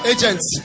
Agents